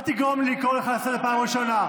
אל תגרום לי לקרוא אותך לסדר פעם ראשונה.